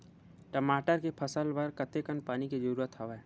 टमाटर के फसल बर कतेकन पानी के जरूरत हवय?